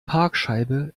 parkscheibe